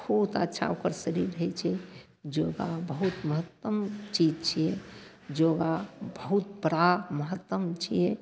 बहुत अच्छा ओकर शरीर रहय छै योगा बहुत महत्तम चीज छियै योगा बहुत बड़ा महत्तम छियै